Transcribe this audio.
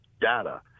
data